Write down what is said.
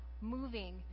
moving